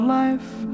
life